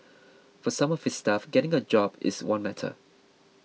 for some of his staff getting a job is one matter